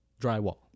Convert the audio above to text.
drywall